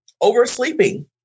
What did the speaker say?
oversleeping